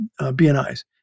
BNI's